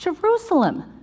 Jerusalem